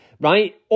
right